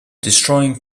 destroying